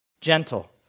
Gentle